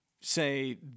say